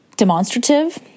demonstrative